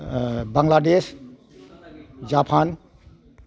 Bangladesh Japan